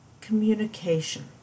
communication